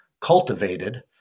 cultivated